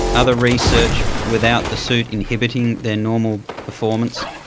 other research, without the suit inhibiting their normal performance?